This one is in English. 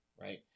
right